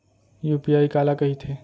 UPI काला कहिथे?